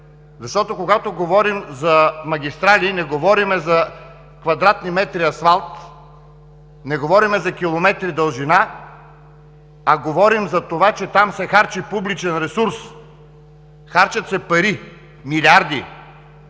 Когато говорим за магистрали, не говорим за квадратни метри асфалт, не говорим за километри дължина, а говорим за това, че там се харчи публичен ресурс. Харчат се пари, милиарди!